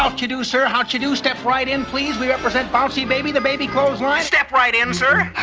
how'd you do, sir, how'd you do? step right in please, we represent bouncy baby, the baby clothes line. step right in, sir.